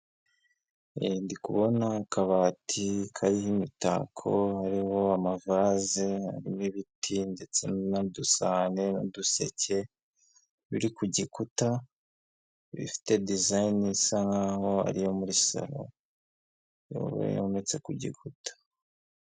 Ndi kubona akabati kariho imitako, hariho amavaze, hariho ibiti ndetse n'udusahane n'uduseke biri ku gikuta, bifite dizayini isa nkaho ari yo muri saro, ubona yometse ku gikuta.